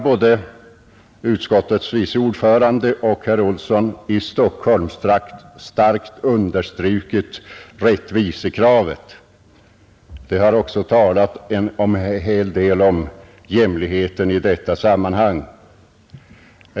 Både utskottets vice ordförande och herr Olsson i Stockholm har här starkt understrukit rättvisekravet. De har också talat en hel del om jämlikheten i detta sammanhang.